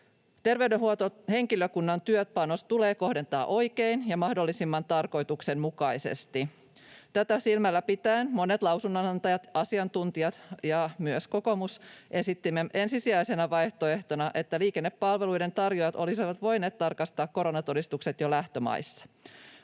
Terveydenhuoltohenkilökunnan työpanos tulee kohdentaa oikein ja mahdollisimman tarkoituksenmukaisesti. Tätä silmällä pitäen monet lausunnonantajat, asiantuntijat ja myös kokoomus esittivät ensisijaisena vaihtoehtona, että liikennepalveluiden tarjoajat olisivat voineet tarkastaa koronatodistukset jo lähtömaissa.